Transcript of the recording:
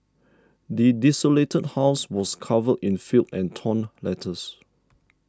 the desolated house was covered in filth and torn letters